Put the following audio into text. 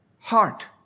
heart